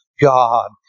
God